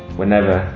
whenever